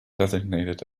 designated